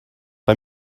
bei